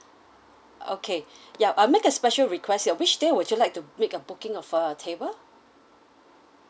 okay yup I'll make a special request which day would you like to make a booking of a table